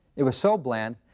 it was so bland,